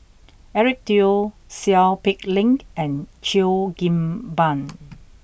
Eric Teo Seow Peck Leng and Cheo Kim Ban